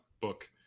book